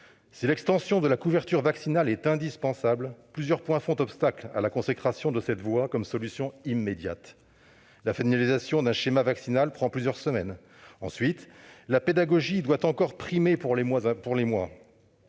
Si l'extension de la couverture vaccinale est indispensable, plusieurs points font obstacle à la consécration de cette voie comme solution immédiate : tout d'abord, la finalisation d'un schéma vaccinal prend plusieurs semaines ; ensuite, la pédagogie doit encore primer pour les moins